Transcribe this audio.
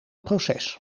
proces